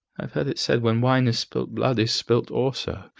i have heard it said when wine is spilt blood is spilt also,